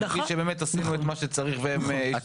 נגיד שבאמת עשינו את מה שצריך -- עכשיו